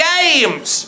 Games